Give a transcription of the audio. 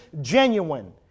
genuine